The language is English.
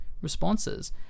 responses